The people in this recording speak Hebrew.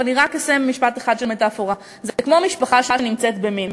אבל אני רק אסיים משפט אחד של מטפורה: זה כמו משפחה שנמצאת במינוס.